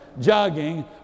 jogging